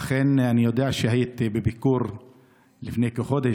אכן, אני יודע שהיית בביקור לפני כחודש.